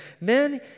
Men